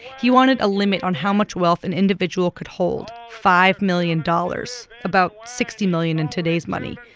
he wanted a limit on how much wealth an individual could hold five million dollars, about sixty million in today's money.